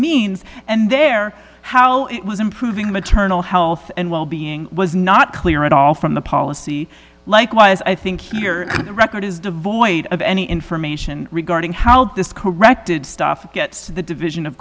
means and there how it was improving maternal health and well being was not clear at all from the policy likewise i think here the record is devoid of any information regarding how this corrected stuff gets to the division of